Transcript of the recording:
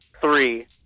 three